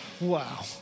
Wow